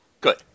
Good